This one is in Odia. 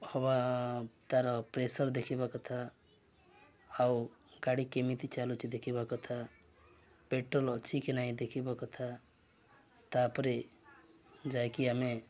ବା ତା'ର ପ୍ରେସର୍ ଦେଖିବା କଥା ଆଉ ଗାଡ଼ି କେମିତି ଚାଲୁଛି ଦେଖିବା କଥା ପେଟ୍ରୋଲ୍ ଅଛି କି ନାହିଁ ଦେଖିବା କଥା ତା'ପରେ ଯାଇକି ଆମେ